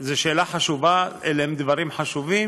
זאת שאלה חשובה, אלה הם דברים חשובים,